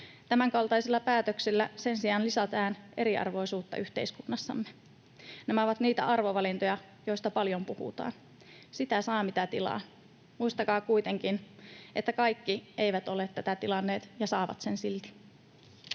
Tämänkaltaisilla päätöksillä sen sijaan lisätään eriarvoisuutta yhteiskunnassamme. Nämä ovat niitä arvovalintoja, joista paljon puhutaan. Sitä saa, mitä tilaa. Muistakaa kuitenkin, että kaikki eivät ole tätä tilanneet ja saavat sen silti.